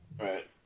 Right